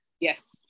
Yes